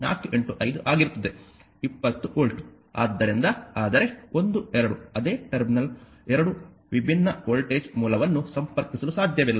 ಆದ್ದರಿಂದ Vs 4 5 ಆಗಿರುತ್ತದೆ 20 volt ಆದ್ದರಿಂದ ಆದರೆ 1 2 ಅದೇ ಟರ್ಮಿನಲ್ 2 ವಿಭಿನ್ನ ವೋಲ್ಟೇಜ್ ಮೂಲವನ್ನು ಸಂಪರ್ಕಿಸಲು ಸಾಧ್ಯವಿಲ್ಲ